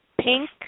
pink